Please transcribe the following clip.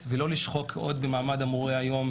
ולא לשחוק עוד את מעמד המורה היום,